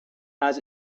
has